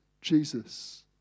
Jesus